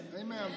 Amen